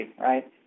right